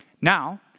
Now